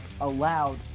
allowed